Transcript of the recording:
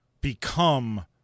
become